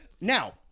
Now